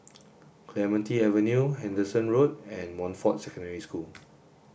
Clementi Avenue Henderson Road and Montfort Secondary School